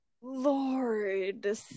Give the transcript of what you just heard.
lord